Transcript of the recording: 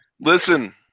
listen